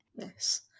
yes